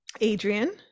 adrian